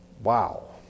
Wow